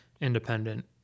independent